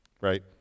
Right